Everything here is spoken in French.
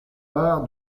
bar